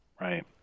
Right